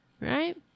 right